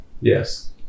Yes